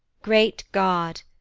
great god,